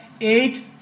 eight